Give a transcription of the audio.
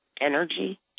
energy